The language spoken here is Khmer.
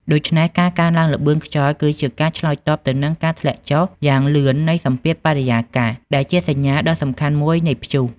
ដូច្នេះ ការកើនឡើងល្បឿនខ្យល់គឺជាការឆ្លើយតបទៅនឹងការធ្លាក់ចុះយ៉ាងលឿននៃសម្ពាធបរិយាកាស ដែលជាសញ្ញាដ៏សំខាន់មួយនៃព្យុះ។